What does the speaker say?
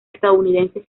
estadounidense